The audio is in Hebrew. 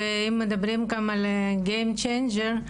ואם מדברים על גיים צ'יינג'ר,